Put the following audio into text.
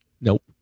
Nope